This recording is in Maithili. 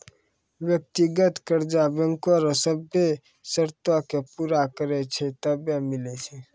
व्यक्तिगत कर्जा बैंको रो सभ्भे सरतो के पूरा करै छै तबै मिलै छै